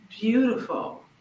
beautiful